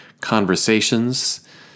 conversations